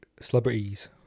Celebrities